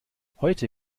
heute